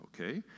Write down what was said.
okay